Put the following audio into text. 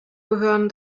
gehören